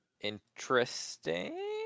interesting